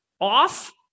Off